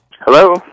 Hello